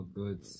good